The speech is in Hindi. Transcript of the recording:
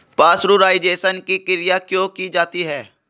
पाश्चुराइजेशन की क्रिया क्यों की जाती है?